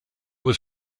was